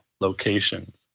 locations